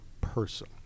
person